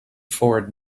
forward